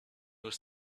was